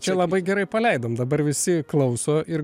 čia labai gerai paleidom dabar visi klauso ir